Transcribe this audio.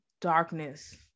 darkness